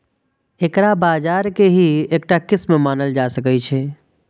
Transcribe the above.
एकरा बाजार के ही एकटा किस्म मानल जा सकै छै